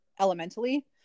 elementally